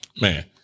man